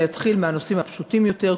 אתחיל מהנושאים הפשוטים יותר.